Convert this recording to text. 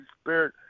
Spirit